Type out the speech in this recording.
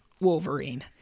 Wolverine